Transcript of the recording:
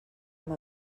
amb